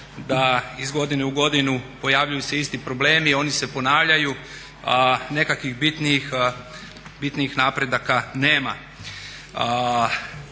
da iz godine u godinu pojavljuju se isti problemi, oni se ponavljaju a nekakvih bitnijih napredaka nema.